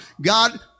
God